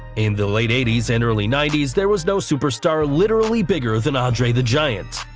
in the late eighty s and early ninety s, there was no superstar literally bigger than andre the giant.